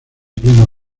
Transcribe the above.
pleno